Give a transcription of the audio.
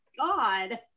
God